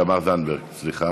תמר זנדברג, סליחה.